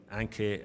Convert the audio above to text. anche